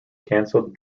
canceled